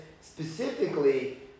specifically